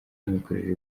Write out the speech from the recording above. n’imikorere